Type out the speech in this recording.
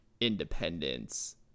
independence